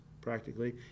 practically